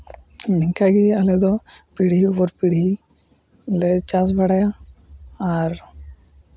ᱱᱤᱝᱠᱟ ᱜᱮ ᱟᱞᱮ ᱫᱚ ᱯᱤᱲᱦᱤ ᱩᱯᱚᱨ ᱯᱤᱲᱦᱤ ᱞᱮ ᱪᱟᱥ ᱵᱟᱲᱟᱭᱟ ᱟᱨ